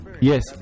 Yes